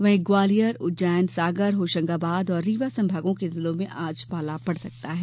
वहीं ग्वालियर उज्जैन सागर होशंगाबाद और रीवा संभागों के जिलो में आज पाला पड़ सकता है